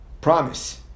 promise